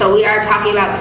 so we are talking about